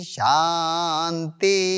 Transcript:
Shanti